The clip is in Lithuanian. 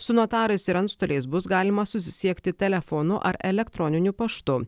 su notarais ir antstoliais bus galima susisiekti telefonu ar elektroniniu paštu